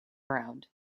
ground